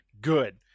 good